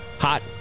hot